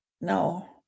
No